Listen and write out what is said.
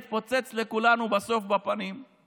כל הזמן צורם בלב שיש אנשים שנשארים פה כי